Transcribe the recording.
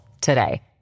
today